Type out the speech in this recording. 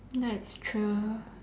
that's true